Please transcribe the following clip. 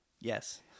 Yes